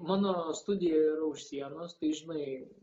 mano studija yra už sienos tai žinai